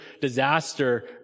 disaster